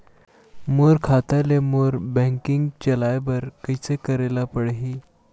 मोर खाता ले मोर बैंकिंग चलाए बर कइसे करेला पढ़ही?